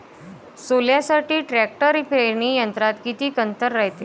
सोल्यासाठी ट्रॅक्टर पेरणी यंत्रात किती अंतर रायते?